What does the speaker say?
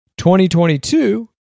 2022